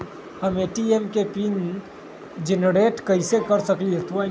हम ए.टी.एम के PIN generate कईसे कर सकली ह?